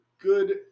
good